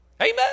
Amen